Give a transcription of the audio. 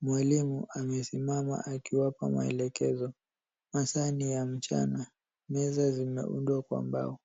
Mwalimu amesimama akiwapa maelekezo. Masaa ni ya mchana. Meza zimeundwa kwa mbao.